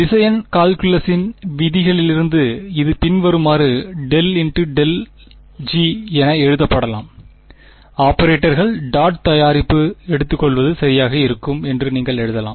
திசையன் கால்குலஸின் விதிகளிலிருந்து இது பின்வருமாறு ∇·∇ G என எழுதப்படலாம் ஆபரேட்டர்கள் டாட் தயாரிப்பு எடுத்துக்கொள்வது சரியாக இருக்கும் என்று நீங்கள் எழுதலாம்